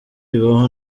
ibaho